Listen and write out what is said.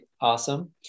awesome